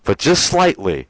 but just slightly